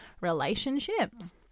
relationships